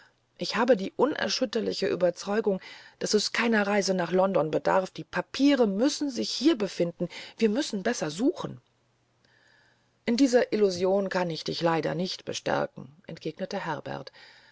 ich habe die unerschütterliche ueberzeugung daß es keiner reise nach london bedarf die papiere müssen sich hier finden wir müssen besser suchen in dieser illusion kann ich dich leider nicht bestärken entgegnete herbert